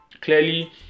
Clearly